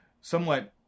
somewhat